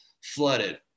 flooded